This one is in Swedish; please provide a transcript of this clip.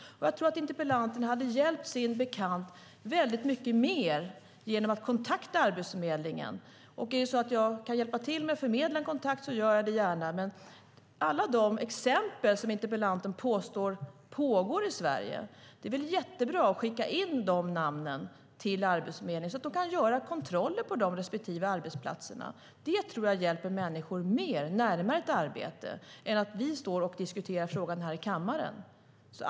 Jag tror att interpellanten hade hjälpt sin bekant väldigt mycket mer genom att kontakta Arbetsförmedlingen. Är det så att jag kan hjälpa till med att förmedla en kontakt gör jag det gärna. Men det skulle väl vara jättebra att skicka in namnen bakom alla de exempel som interpellanten påstår pågår i Sverige till Arbetsförmedlingen så att de kan göra kontroller på respektive arbetsplats. Det tror jag hjälper människor mer att komma närmare ett arbete än att vi diskuterar frågan här i kammaren.